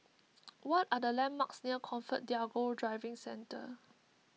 what are the landmarks near ComfortDelGro Driving Centre